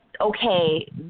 okay